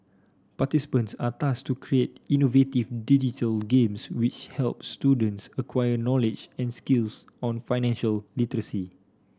participants are tasked to create innovative digital games which help students acquire knowledge and skills on financial literacy